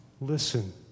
listen